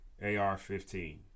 AR-15